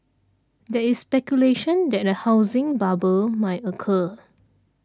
there is speculation that a housing bubble may occur